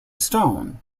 stone